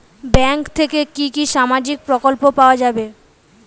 Bank থেকে কি কি সামাজিক প্রকল্প পাওয়া যাবে?